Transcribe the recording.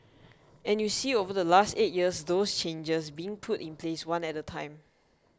and you see over the last eight years those changes being put in place one at a time